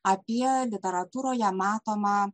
apie literatūroje matomą